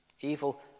Evil